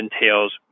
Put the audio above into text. entails